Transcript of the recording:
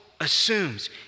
assumes